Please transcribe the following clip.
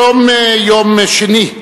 היום, יום שני,